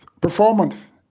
Performance